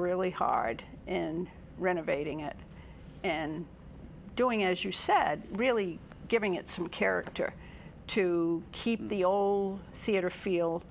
really hard in renovating it and doing as you said really giving it some character to keep the all theater feel